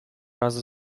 razu